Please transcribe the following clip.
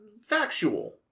factual